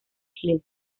hills